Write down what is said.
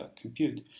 compute